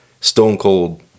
stone-cold